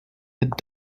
had